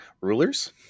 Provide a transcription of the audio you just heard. rulers